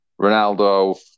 Ronaldo